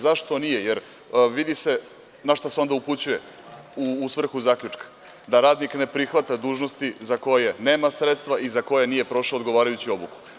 Zašto nije, jer vidi se na šta se onda upućuje, u svrhu zaključka, da radnik ne prihvata dužnosti za koje nema sredstva i za koje nije prošao odgovarajuću obuku.